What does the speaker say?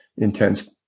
intense